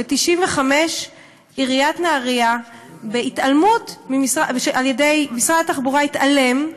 ב-1995 עיריית נהריה, משרד התחבורה התעלם,